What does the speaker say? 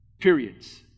periods